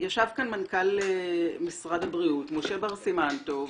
ישב כאן מנכ"ל משרד הבריאות, משה בר סימן טוב,